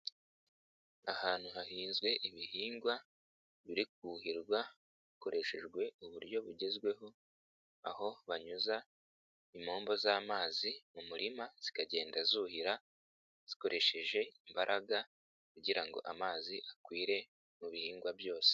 Ahantu hahinzwe ibihingwa biri kuhirwa hakoreshejwe uburyo bugezweho aho banyuza impombo z'amazi mu murima zikagenda zuhira zikoresheje imbaraga kugira ngo amazi akwire mu bihingwa byose.